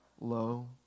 low